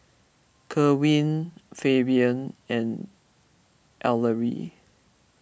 Kerwin Fabian and Ellery